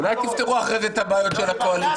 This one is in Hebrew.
אולי תפתרו אחר כך את הבעיות של הקואליציה?